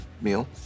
meal